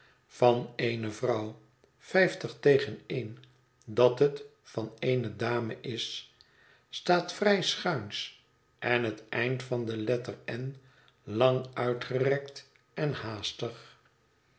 van eene vrouw vijftig tegen een dat het van eene dame is staat vrij schuins en het eind van de letter n lang uitgerekt en haastig